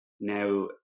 Now